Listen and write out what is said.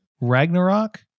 Ragnarok